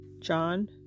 John